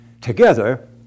Together